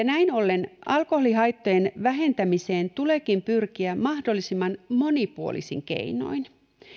näin ollen alkoholihaittojen vähentämiseen tuleekin pyrkiä mahdollisimman monipuolisin keinoin